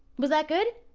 was that good?